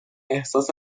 احساس